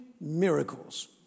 miracles